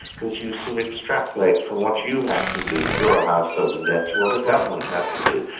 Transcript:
because you sort of extrapolate from what you have to do if you're a householder in debt to what a government has to do.